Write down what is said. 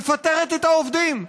מפטרת את העובדים.